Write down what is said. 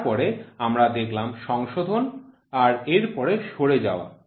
তারপরে আমরা দেখলাম সংশোধন আর এরপরে সরে যাওয়া